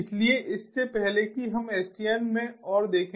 इसलिए इससे पहले कि हम SDN में और देखें